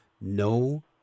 no